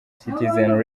citizen